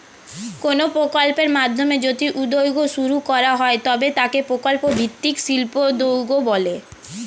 কোনো প্রকল্পের মাধ্যমে যদি উদ্যোগ শুরু করা হয় তবে তাকে প্রকল্প ভিত্তিক শিল্পোদ্যোগ বলে